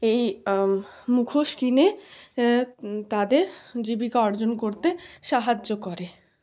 এই মুখোশ কিনে তাদের জীবিকা অর্জন করতে সাহায্য করে